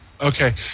Okay